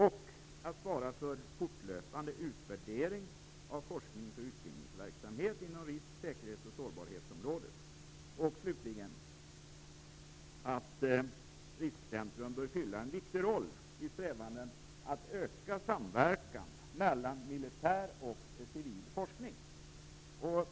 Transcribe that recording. Det kan svara för fortlöpande utvärdering av forsknings och utbildningsverksamhet inom risk-, säkerhets och sårbarhetsområdet. Slutligen bör Riskcentrum fylla en viktig roll i strävanden att öka samverkan mellan militär och civil forskning.